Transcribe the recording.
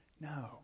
No